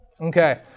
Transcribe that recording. Okay